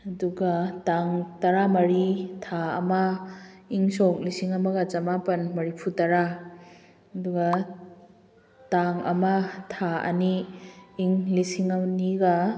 ꯑꯗꯨꯒ ꯇꯥꯡ ꯇꯔꯥꯃꯔꯤ ꯊꯥ ꯑꯃ ꯏꯪ ꯁꯣꯛ ꯂꯤꯁꯤꯡ ꯑꯃꯒ ꯆꯃꯥꯄꯜ ꯃꯔꯤꯐꯨꯇꯔꯥ ꯑꯗꯨꯒ ꯇꯥꯡ ꯑꯃ ꯊꯥ ꯑꯅꯤ ꯏꯪ ꯂꯤꯁꯤꯡ ꯑꯅꯤꯒ